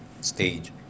stage